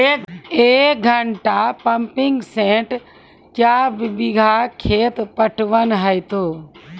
एक घंटा pumping set क्या बीघा खेत पटवन है तो?